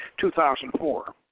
2004